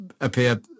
appear